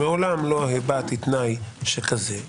מעולם לא הבעתי תנאי שכזה.